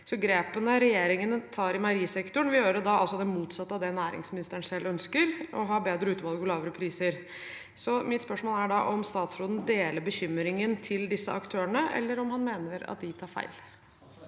Så grepene regjeringen tar i meierisektoren, vil altså gjøre det motsatte av det næringsministeren selv ønsker, å ha bedre utvalg og lavere priser. Mitt spørsmål er da om statsråden deler bekymringen til disse aktørene, eller om han mener at de tar feil.